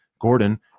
Gordon